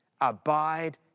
Abide